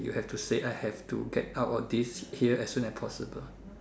you have to say I have to get out of this here as soon as possible